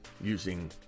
using